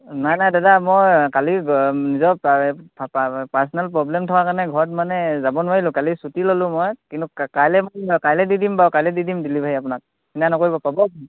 নাই নাই দাদা মই কালি নিজৰ পাৰ্চনেল প্ৰব্লেম হোৱাৰ কাৰণে ঘৰত মানে যাব নোৱাৰিলোঁ কালি ছুটি ললোঁ মই কিন্তু কাইলৈ কাইলৈ দি দিম বাৰু কাইলৈ দি দিম ডেলিভাৰী আপোনাক চিন্তা নকৰিব পাব